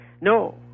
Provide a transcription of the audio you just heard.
No